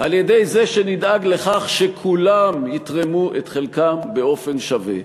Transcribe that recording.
על-ידי זה שנדאג לכך שכולם יתרמו את חלקם באופן שווה.